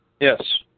Yes